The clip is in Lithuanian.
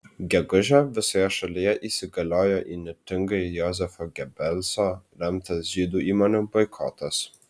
gegužę visoje šalyje įsigaliojo įnirtingai jozefo gebelso remtas žydų įmonių boikotas